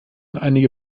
einige